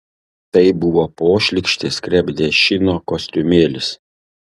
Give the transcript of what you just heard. tai buvo pošlykštis krepdešino kostiumėlis